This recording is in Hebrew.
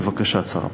לבקשת שר הפנים.